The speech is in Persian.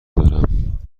دارم